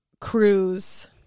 cruise